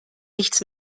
nichts